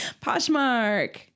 Poshmark